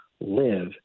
live